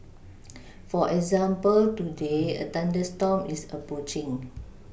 for example today a thunderstorm is approaching